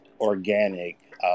organic